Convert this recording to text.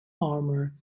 armor